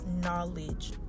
knowledge